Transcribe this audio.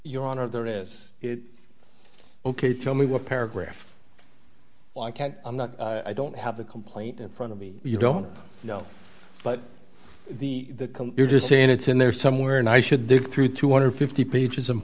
your honor there is ok tell me what paragraph i can't i'm not i don't have the complaint in front of me you don't know but the you're just saying it's in there somewhere and i should dig through two hundred and fifty pages and